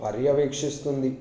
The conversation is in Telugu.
పర్యవేక్షిస్తుంది